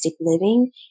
living